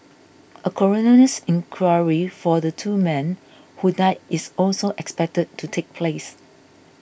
a coroner's inquiry for the two men who died is also expected to take place